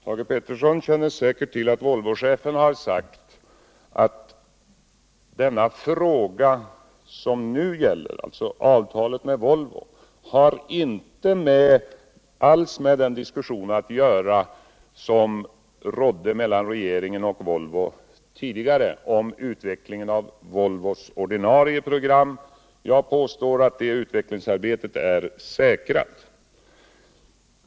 Herr talman! Thage Peterson känner säkert till att Volvochefen har sagt att detta avtal med Volvo inte alls har att göra med den diskussion som tidigare fördes mellan regeringen och Volvo om utvecklingen av Volvos ordinarie program. Jag påstår att det utvecklingsarbetet är säkrat.